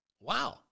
Wow